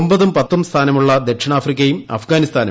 ഒൻപതും പത്തും സ്ഥാനങ്ങളുള്ള ദക്ഷിണാഫ്രിക്കയും അഫ്ഗാനിസ്ഥാനും